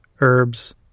herbs